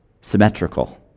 Symmetrical